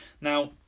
Now